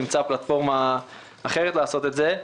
נמצא פלטפורמה אחרת לעשות את זה.